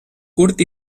curt